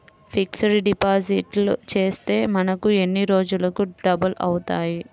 Fixed deposit చేస్తే మనకు ఎన్ని రోజులకు డబల్ అవుతాయి?